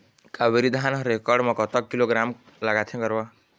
कावेरी धान हर एकड़ म कतक किलोग्राम लगाथें गरवा?